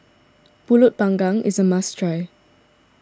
Pulut Panggang is a must try